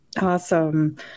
Awesome